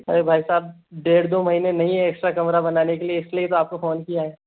अरे भाई साब डेढ़ दो महीने नहीं है एक्स्ट्रा कमरा बनाने के लिए इसलिए तो आपको फ़ौन किया है